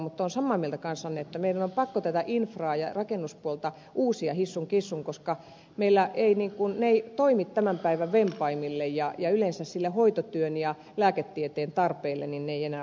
mutta olen samaa mieltä kanssanne että meidän on pakko tätä infraa ja rakennuspuolta uusia hissun kissun koska ne eivät toimi tämän päivän vempaimille ja yleensä niille hoitotyön ja lääketieteen tarpeille ne eivät enää vastaa niitä